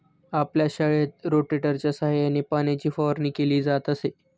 आपल्या शाळेत रोटेटरच्या सहाय्याने पाण्याची फवारणी केली जात असे